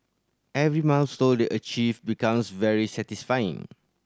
every milestone they achieve becomes very satisfying